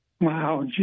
Wow